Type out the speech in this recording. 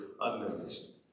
unnoticed